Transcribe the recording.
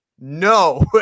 no